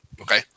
Okay